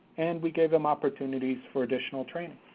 and we gave them opportunities for additional training.